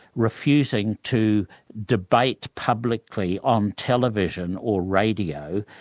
refusing to debate publicly on television or radio,